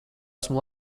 esmu